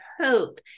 hope